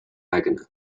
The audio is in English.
haganah